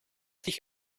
dich